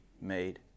made